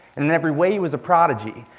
and in every way, he was a prodigy.